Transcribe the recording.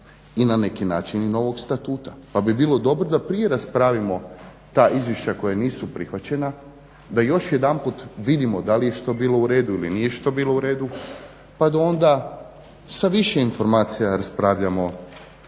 i na neki način novog statuta pa bi bilo dobro da prije raspravimo ta izvješća koja nisu prihvaćena, da još jedanput vidimo da li je što bilo u redu ili nije što bilo u redu pa da onda sa više informacija raspravljamo o